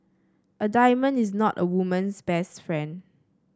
a diamond is not a woman's best friend